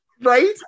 right